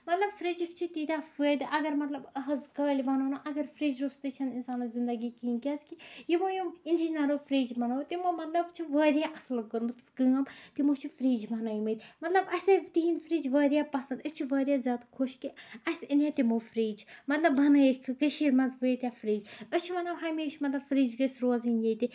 مطلب فرجِکۍ چھِ تیٖتیٚہ فٲیدٕ اَگر مطلب آز کالہِ وَنو نہ اَگر فرج روٚستُے چھنہٕ اِنسانَس زِندگی کِہیٖنۍ کیازِ کہِ یِمو یِم اِنجِینرو فرج بَناو تِمو مطلب چھُ واریاہ اَصٕل کوٚرمُت کٲم تِمو چھِ فرج بَنٲومٕتۍ مطلب اَسہِ ٲیۍ تِہند فرج واریاہ پَسند أسی چھِ واریاہ زیادٕ خۄش کہِ اَسہِ اَنیے تِمو فرج مطلب بَنٲوکھ کٔشیٖر منٛز وٲتیہ فرج أسۍ وَنو ہمیشہٕ مطلب فرج گژھِ روزٕنۍ ییٚتہِ